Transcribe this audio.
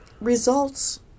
results